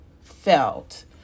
felt